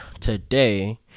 today